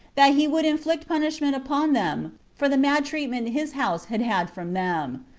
that he would inflict punishment upon them for the mad treatment his house had had from them.